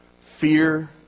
Fear